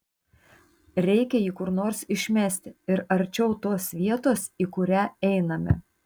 reikia jį kur nors išmesti ir arčiau tos vietos į kurią einame